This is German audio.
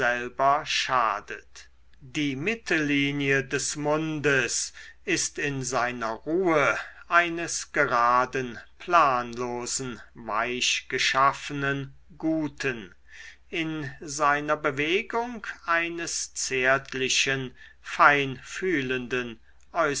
schadet die mittellinie des mundes ist in seiner ruhe eines geraden planlosen weichgeschaffenen guten in seiner bewegung eines zärtlichen feinfühlenden